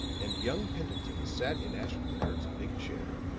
and young pendleton sat in ashton-kirk's big chair,